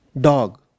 dog